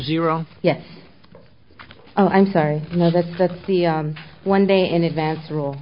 zero yes i'm sorry no that's that's the one day in advance rule